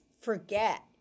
forget